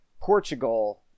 Portugal